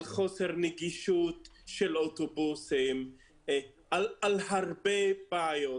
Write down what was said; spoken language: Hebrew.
על חוסר נגישות של אוטובוסים, על הרבה בעיות.